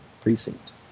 precinct